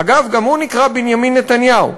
אגב, גם הוא נקרא בנימין נתניהו.